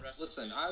Listen